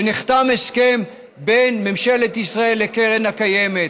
כשנחתם הסכם בין ממשלת ישראל לקרן הקיימת,